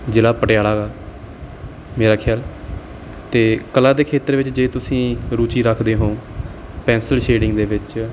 ਜ਼ਿਲ੍ਹਾ ਪਟਿਆਲਾ ਗਾ ਮੇਰਾ ਖਿਆਲ ਅਤੇ ਕਲਾ ਦੇ ਖੇਤਰ ਵਿੱਚ ਜੇ ਤੁਸੀਂ ਰੁਚੀ ਰੱਖਦੇ ਹੋ ਪੈਂਸਿਲ ਸ਼ੇਡਿੰਗ ਦੇ ਵਿੱਚ